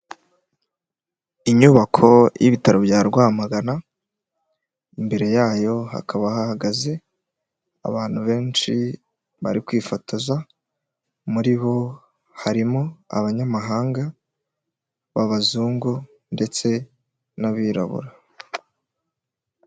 Inyubako y'ibitaro bya Rwamagana imbere yayo hakaba hahagaze abantu benshi bari kwifotoza, muri bo harimo abanyamahanga b'abazungu ndetse n'abirabura.